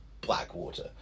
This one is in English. Blackwater